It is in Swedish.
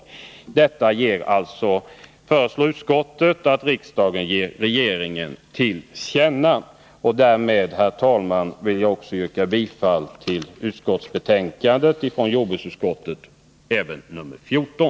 Vad utskottet sålunda anfört med anledning av motion 1979/80:1373 bör riksdagen som sin mening ge regeringen till känna.” Därmed, herr talman, yrkar jag även bifall till vad jordbruksutskottet hemställt i betänkande nr 14.